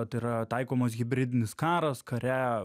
tai yra taikomas hibridinis karas kare